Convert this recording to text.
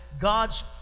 God's